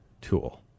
tool